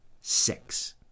six